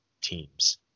teams